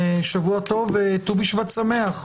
שבוע טוב וט"ו בשבט שמח.